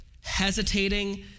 hesitating